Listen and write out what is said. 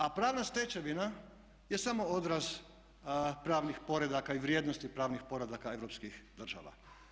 A pravna stečevina je samo odraz pravnih poredaka i vrijednosti pravnih poredaka europskih država.